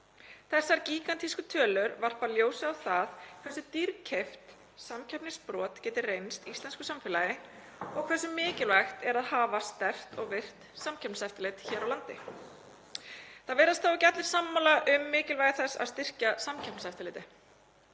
Þessar gígantísku tölur varpa ljósi á það hversu dýrkeypt samkeppnisbrot geta reynst íslensku samfélagi og hversu mikilvægt er að hafa sterkt og virkt samkeppniseftirlit hér á landi. Það virðast þó ekki allir sammála um mikilvægi þess að styrkja Samkeppniseftirlitið